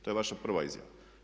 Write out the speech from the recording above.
To je vaša prva izjava.